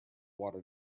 water